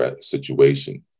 situation